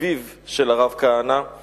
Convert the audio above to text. אביו של הרב כהנא,